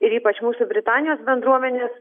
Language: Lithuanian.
ir ypač mūsų britanijos bendruomenės